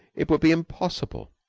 it would be impossible.